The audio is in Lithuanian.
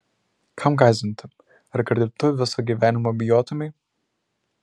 kam gąsdinti ar kad ir tu visą gyvenimą bijotumei